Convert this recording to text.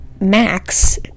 Max